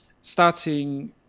starting